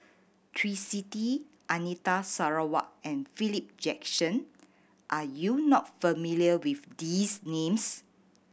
Twisstii Anita Sarawak and Philip Jackson are you not familiar with these names